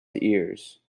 ears